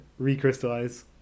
recrystallize